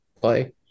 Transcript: play